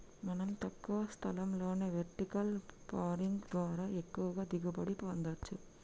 మనం తక్కువ స్థలంలోనే వెర్టికల్ పార్కింగ్ ద్వారా ఎక్కువగా దిగుబడి పొందచ్చు